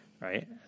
Right